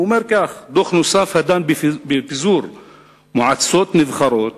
הוא אומר כך: דוח נוסף, הדן בפיזור מועצות נבחרות